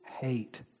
hate